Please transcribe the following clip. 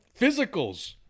Physicals